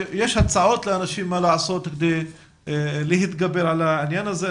יש הצעות לאנשים מה לעשות כדי להתגבר על העניין הזה.